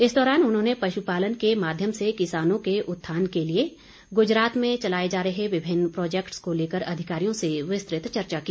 इस दौरान उन्होंने पशु पालन के माध्यम से किसानों के उत्थान के लिए गुजरात में चलाए जा रहे विभिन्न प्रोजेक्टस को लेकर अधिकारियों से विस्तृत चर्चा की